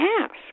ask